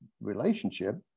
relationship